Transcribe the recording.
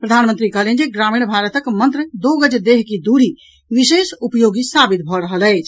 प्रधानमंत्री कहलनि जे ग्रामीण भारतक मंत्र दो गज देह की दूरी विशेष उपयोगी साबित भऽ रहल अछि